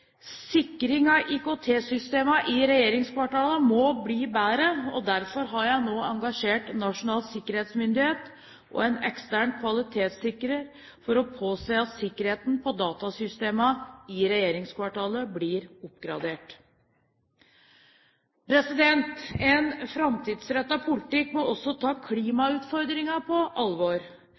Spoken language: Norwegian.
Sikring av IKT-systemene i regjeringskvartalene må bli bedre, og derfor har jeg nå engasjert Nasjonal sikkerhetsmyndighet og en ekstern kvalitetssikrer for å påse at sikkerheten på datasystemene i regjeringskvartalene blir oppgradert. En framtidsrettet politikk må også ta klimautfordringen på alvor.